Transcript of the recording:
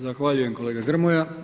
Zahvaljujem, kolega Grmoja.